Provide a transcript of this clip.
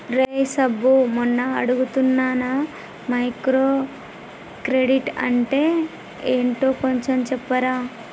రేయ్ సబ్బు మొన్న అడుగుతున్నానా మైక్రో క్రెడిట్ అంటే ఏంటో కొంచెం చెప్పరా